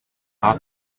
hard